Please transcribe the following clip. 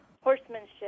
horsemanship